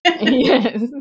Yes